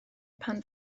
pan